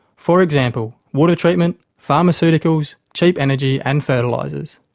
for example, water treatment, pharmaceuticals, cheap energy and fertilisers.